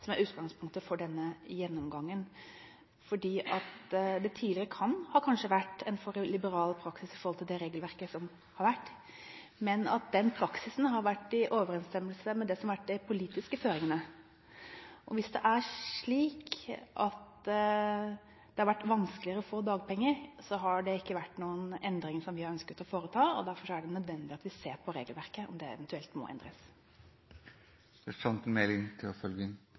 for liberal praksis med hensyn til det regelverket som har vært, men at den praksisen har vært i overensstemmelse med det som har vært de politiske føringene. Hvis det er slik at det har vært vanskeligere å få dagpenger, så har ikke det vært noen endring som vi har ønsket å foreta, og derfor er det nødvendig at vi ser på om regelverket eventuelt må